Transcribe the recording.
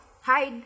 hide